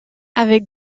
avec